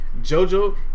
JoJo